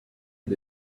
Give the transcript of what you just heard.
did